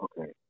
Okay